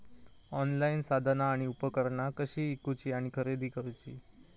Online साधना आणि उपकरणा कशी ईकूची आणि खरेदी करुची?